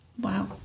wow